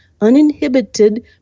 uninhibited